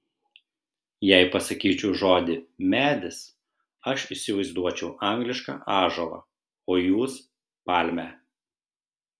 jei pasakyčiau žodį medis aš įsivaizduočiau anglišką ąžuolą o jūs palmę